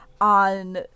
on